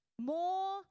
more